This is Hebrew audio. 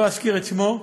לא אזכיר את שמו,